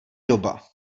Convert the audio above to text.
doba